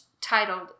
titled